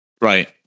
Right